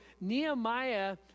Nehemiah